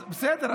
אז בסדר.